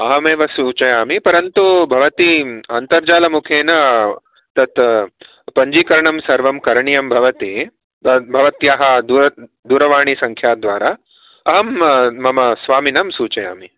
अहमेव सूचयामि परन्तु भवती अन्तर्जालमुखेन तत् पञ्जीकरणं सर्वं करणीयं भवति तत् भवत्याः दूरत् दूरवाणीसङ्ख्याद्वारा अहं मम स्वामिनं सूचयामि